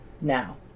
Now